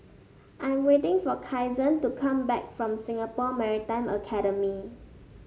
I'm waiting for Kyson to come back from Singapore Maritime Academy